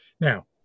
Now